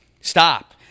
stop